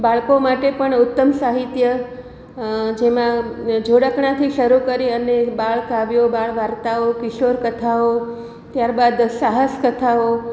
બાળકો માટે પણ ઉત્તમ સાહિત્ય જેમાં જોડકણાંથી શરૂ કરી અને બાળકાવ્યો બાળ વાર્તાઓ કિશોર કથાઓ ત્યાર બાદ સાહસ કથાઓ